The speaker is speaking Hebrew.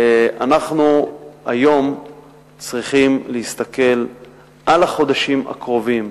שאנחנו היום צריכים להסתכל על החודשים הקרובים